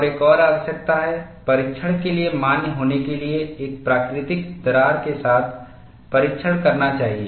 और एक और आवश्यकता है परीक्षण के लिए मान्य होने के लिए एक प्राकृतिक दरार के साथ परीक्षण करना चाहिए